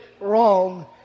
wrong